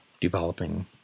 developing